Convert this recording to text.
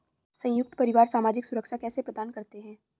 संयुक्त परिवार सामाजिक सुरक्षा कैसे प्रदान करते हैं?